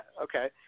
okay